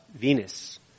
Venus